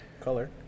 Color